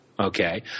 okay